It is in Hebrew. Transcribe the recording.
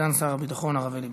סגן שר הביטחון הרב אלי בן-דהן.